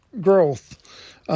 growth